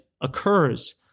occurs